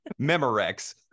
Memorex